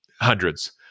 hundreds